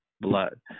blood